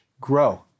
grow